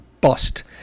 bust